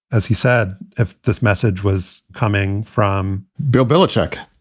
as he said, if this message was coming from bill belichick.